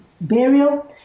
burial